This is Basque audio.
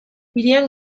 hirian